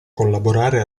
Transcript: collaborare